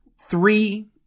three